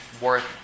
worth